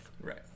Right